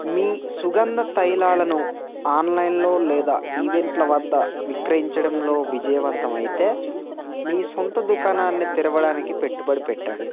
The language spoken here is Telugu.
మీ సుగంధ తైలాలను ఆన్లైన్లో లేదా ఈవెంట్ల వద్ద విక్రయించడంలో విజయవంతమైతే మీ సొంత దుకాణాన్ని తెరవడానికి పెట్టుబడి పెట్టండి